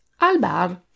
Albar